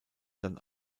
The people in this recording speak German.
dann